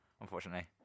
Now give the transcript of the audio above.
unfortunately